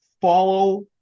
follow